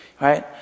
right